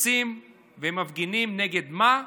יוצאים ומפגינים, נגד מה?